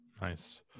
Nice